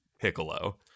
Piccolo